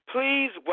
Please